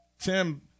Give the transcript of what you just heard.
Tim